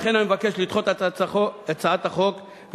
לכן אני מבקש לדחות את הצעת החוק,